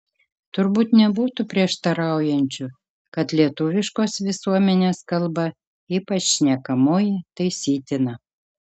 turbūt nebūtų prieštaraujančių kad lietuviškos visuomenės kalba ypač šnekamoji taisytina